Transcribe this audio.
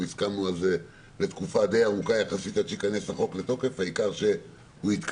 הסכמנו על תקופה ארוכה יחסית עד שייכנס החוק לתוקף העיקר שיתקדם.